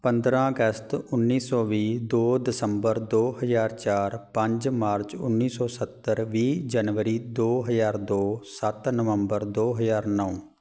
ਪੰਦਰ੍ਹਾਂ ਅਗਸਤ ਉੱਨੀ ਸੌ ਵੀਹ ਦੋ ਦਸੰਬਰ ਦੋ ਹਜ਼ਾਰ ਚਾਰ ਪੰਜ ਮਾਰਚ ਉੱਨੀ ਸੌ ਸੱਤਰ ਵੀਹ ਜਨਵਰੀ ਦੋ ਹਜ਼ਾਰ ਦੋ ਸੱਤ ਨਵੰਬਰ ਦੋ ਹਜ਼ਾਰ ਨੌ